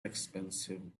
expensive